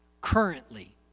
currently